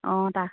অঁ তাক